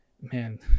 man